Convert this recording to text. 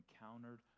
encountered